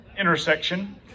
intersection